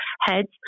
heads